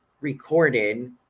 recorded